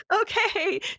okay